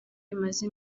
bimaze